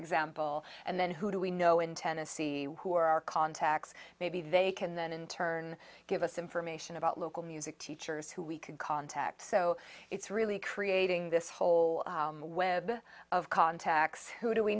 example and then who do we know in tennessee who are our contacts maybe they can then in turn give us information about local music teachers who we could contact so it's really creating this whole web of contacts who do we